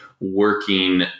working